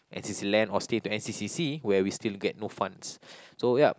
n_c_c Land or stay to n_c_c sea where we still get no funds so ya